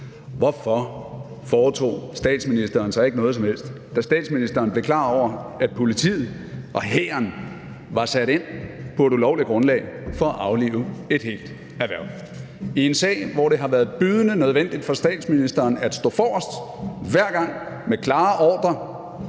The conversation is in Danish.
Hvorfor foretog statsministeren sig ikke noget som helst, da statsministeren blev klar over, at politiet og hæren var sat ind på et ulovligt grundlag for at aflive et helt erhverv – i en sag, hvor det har været bydende nødvendigt for statsministeren at stå forrest hver gang med klare ordrer